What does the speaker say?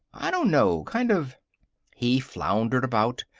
i don't know kind of he floundered about,